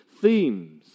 themes